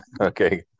okay